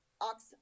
Ox